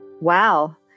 Wow